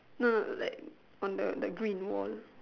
no no like on the the green wall